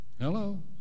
Hello